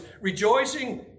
rejoicing